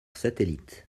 satellite